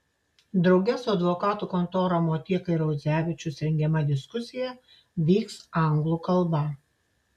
drauge su advokatų kontora motieka ir audzevičius rengiama diskusija vyks anglų kalba